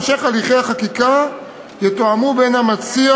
המשך הליכי החקיקה יתואמו בין המציע